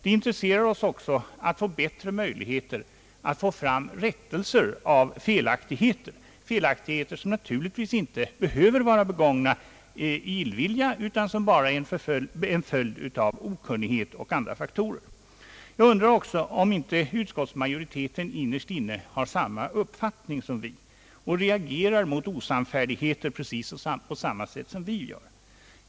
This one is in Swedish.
Det intresserar oss också att få bättre möjligheter till rättelse av felaktigheter, vilka naturligtvis inte behöver vara begångna i illvilja utan som bara är en följd av okunnighet och andra faktorer. Jag undrar om inte utskottsmajoriteten innerst inne har samma uppfattning som vi och reagerar mot osannfärdigheter precis på samma sätt som vi gör.